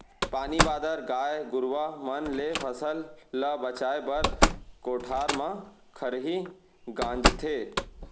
पानी बादर, गाय गरूवा मन ले फसल ल बचाए बर कोठार म खरही गांजथें